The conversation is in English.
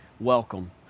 Welcome